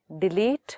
delete